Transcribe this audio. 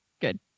Good